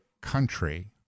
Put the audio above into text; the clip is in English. country